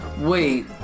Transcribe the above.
Wait